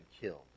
killed